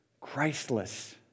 Christless